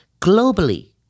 Globally